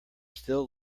still